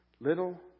Little